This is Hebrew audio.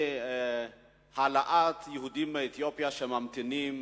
אי-העלאת יהודים מאתיופיה, שממתינים